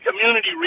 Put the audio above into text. community